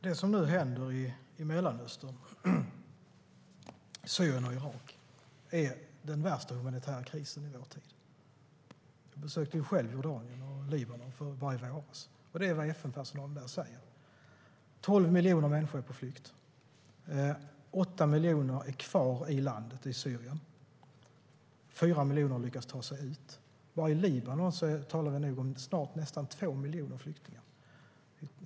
Herr talman! Det som nu händer i Mellanöstern, Syrien och Irak är den värsta humanitära krisen i vår tid. Jag besökte själv Jordanien och Libanon så sent som i våras, och det är vad FN-personalen där säger. 12 miljoner människor är på flykt. 8 miljoner är kvar i landet i Syrien. 4 miljoner har lyckats ta sig ut. Bara i Libanon talar vi om snart nästan 2 miljoner flyktingar.